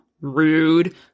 Rude